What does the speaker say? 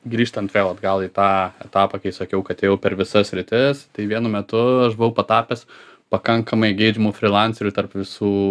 grįžtant vėl atgal į tą etapą kai sakiau kad ėjau per visas sritis tai vienu metu aš buvau patapęs pakankamai geidžiamu frilanceriu tarp visų